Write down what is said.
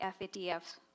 FATF's